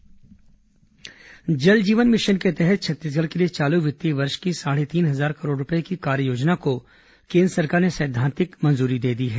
जल Jeevan mission Jal Jeevan mission के तहत छत्तीसगढ़ के लिए चालू वित्तीय वर्ष की साढ़े तीन हजार करोड़ रूपये की कार्ययोजना को केन्द्र सरकार ने सैद्वांतिक सहमति दी है